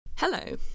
Hello